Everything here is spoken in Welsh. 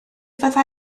fydda